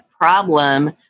problem